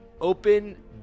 open